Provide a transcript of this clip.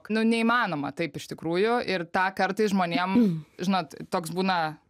nu neįmanoma taip iš tikrųjų ir tą kartą žmonėm žinot toks būna